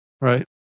right